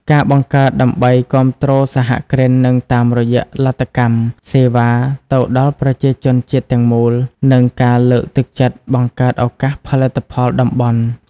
ការបង្កើតដើម្បីគាំទ្រសហគ្រិននិងតាមរយៈលទ្ធកម្មសេវាទៅដល់ប្រជាជនជាតិទាំងមូល និងការលើកទឹកចិត្តបង្កើតឱកាសផលិតផលតំបន់។